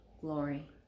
glory